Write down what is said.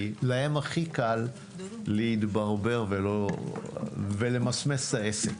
כי אצלם הכי קל להתברבר ולמסמס את העסק,